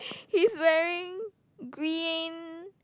he's wearing green